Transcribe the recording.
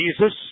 Jesus